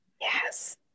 yes